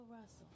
Russell